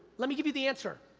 let me give you the answer,